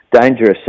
Dangerous